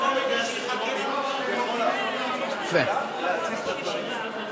זאת לא הצעה אמיתית.